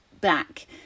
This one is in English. back